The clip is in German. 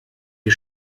ihr